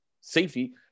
safety